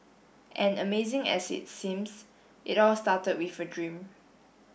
and amazing as it's seems it all started with a dream